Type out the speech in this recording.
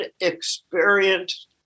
experience